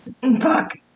Fuck